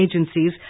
agencies